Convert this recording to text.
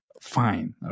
Fine